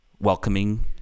welcoming